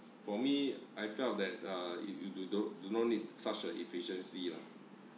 for me I felt that uh if you you do do not need such a efficiency ah